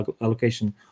allocation